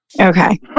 Okay